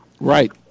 Right